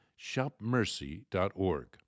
shopmercy.org